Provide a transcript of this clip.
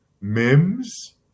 Mims